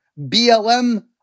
BLM